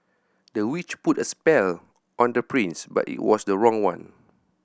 the witch put a spell on the prince but it was the wrong one